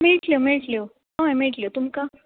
मेळटल्यो मेळटल्यो हय मेळटल्यो तुमकां